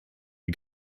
die